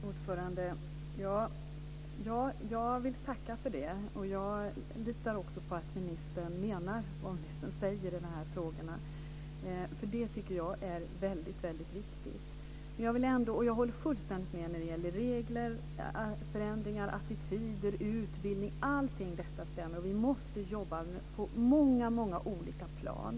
Fru talman! Jag vill tacka för det, och jag litar också på att ministern menar vad ministern säger i de här frågorna. Det här tycker jag nämligen är väldigt viktigt. Jag håller fullständigt med när det gäller regler, förändringar, attityder och utbildning. Allt detta stämmer. Och vi måste jobba på många olika plan.